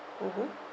mmhmm